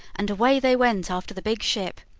and away they went after the big ship.